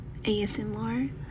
ASMR